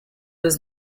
was